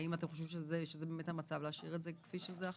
האם אתם חושבים להשאיר את זה כמו עכשיו?